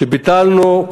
כשביטלנו,